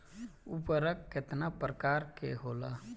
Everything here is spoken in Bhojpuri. उर्वरक केतना प्रकार के होला?